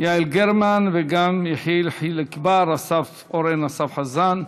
יעל גרמן, וגם של יחיאל חיליק בר ואורן אסף חזן.